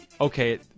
okay